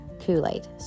Kool-Aid